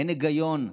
אין היגיון,